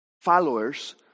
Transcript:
followers